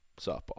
softball